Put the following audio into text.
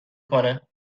کنه